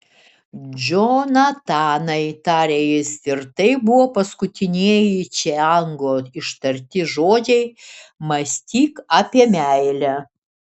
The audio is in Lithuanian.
džonatanai tarė jis ir tai buvo paskutinieji čiango ištarti žodžiai mąstyk apie meilę